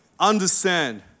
Understand